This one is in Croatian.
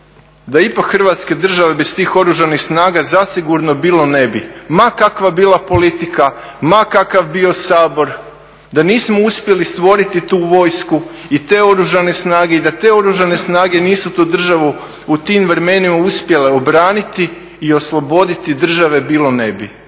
da ipak Hrvatske države bez tih Oružanih snaga zasigurno bilo ne bi, ma kakva bila politika, ma kakav bio Sabor, da nismo uspjeli stvoriti tu vojsku i te Oružane snage, i da te Oružane snage nisu tu državu u tim vremenima uspjele obraniti i osloboditi države bilo ne bi,